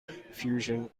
fusion